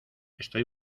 estoy